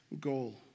goal